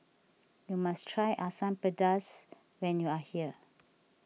you must try Asam Pedas when you are here